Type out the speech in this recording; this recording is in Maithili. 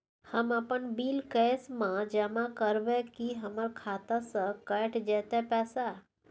हम अपन बिल कैश म जमा करबै की हमर खाता स कैट जेतै पैसा?